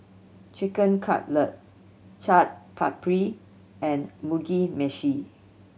Chicken Cutlet Chaat Papri and Mugi Meshi